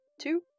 two